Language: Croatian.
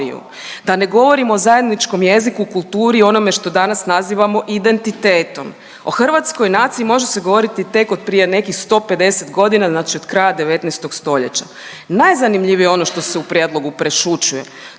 da ne govorimo o zajedničkom jeziku, kulturi i onome što danas nazivamo identitetom. O hrvatskoj naciji može se govoriti tek od prije nekih 150 godina, znači od kraja 19. stoljeća. Najzanimljivije je ono što se u prijedlogu prešućuje.